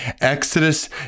Exodus